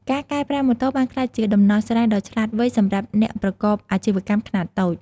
ការកែប្រែម៉ូតូបានក្លាយជាដំណោះស្រាយដ៏ឆ្លាតវៃសម្រាប់អ្នកប្រកបអាជីវកម្មខ្នាតតូច។